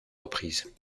reprises